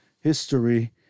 History